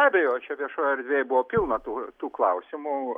abejočiau viešoj erdvėj buvo pilna tų tų klausimų